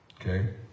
Okay